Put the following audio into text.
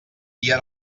dia